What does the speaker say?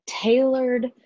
tailored